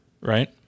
Right